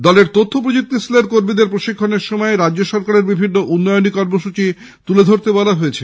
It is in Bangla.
দলের তথ্য প্রযুক্তি সেলের কর্মীদের প্রশিক্ষণের সময়ে রাজ্য সরকারের বিভিন্ন উন্নয়নী কর্মসচী তুলে ধরতে বলা হয়